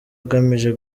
ugamije